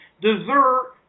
dessert